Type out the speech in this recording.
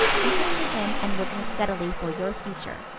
interested in and working steadily for your future.